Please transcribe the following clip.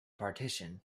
partition